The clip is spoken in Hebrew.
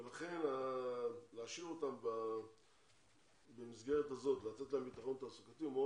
ולכן להשאיר אותם במסגרת הזאת ולתת להם ביטחון תעסוקתי זה מאוד